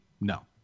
No